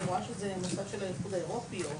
רואים שזה מוסד של האיחוד האירופי.